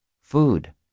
food